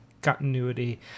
Continuity